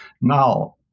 Now